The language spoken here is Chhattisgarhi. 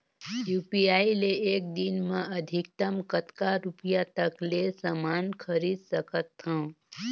यू.पी.आई ले एक दिन म अधिकतम कतका रुपिया तक ले समान खरीद सकत हवं?